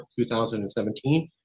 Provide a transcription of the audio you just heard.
2017